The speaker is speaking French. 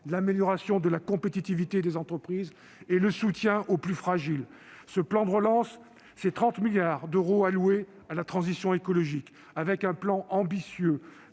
l'amélioration de la compétitivité des entreprises et le soutien aux plus fragiles. Ce plan de relance, ce sont 30 milliards d'euros alloués à la transition écologique, avec un plan ambitieux